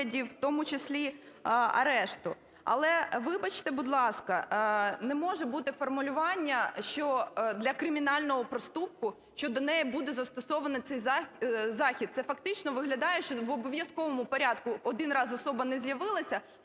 в тому числі, арешту. Але, вибачте, будь ласка, не може бути формулювання, що для кримінального проступку, що до неї буде застосовано цей захід. Це фактично виглядає, що в обов'язковому порядку один раз особа не з'явилася,